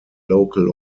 local